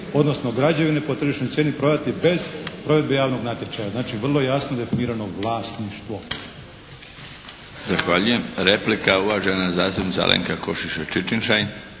odnosno građevine po tržišnoj cijeni prodati bez provedbe javnog natječaja.“ Znači, vrlo jasno definirano vlasništvo.